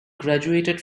graduated